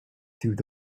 through